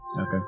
Okay